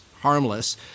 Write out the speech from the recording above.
harmless